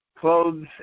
clothes